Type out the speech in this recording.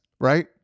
right